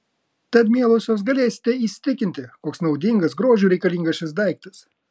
tad mielosios galėsite įsitikinti koks naudingas grožiui reikalingas šis daiktas